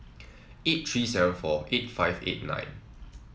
eight three seven four eight five eight nine